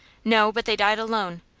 no but they died alone.